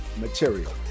material